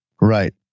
Right